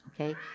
okay